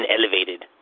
elevated